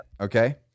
okay